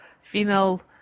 female